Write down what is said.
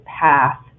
path